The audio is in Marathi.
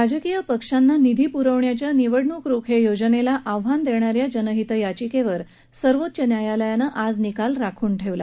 राजकीय पक्षांना निधी पुरवण्याच्या निवडणूक रोखे योजनेला आव्हान देणा या जनहित याचिकेवर सर्वोच्च न्यायालयानं आज निकाल राखून ठेवला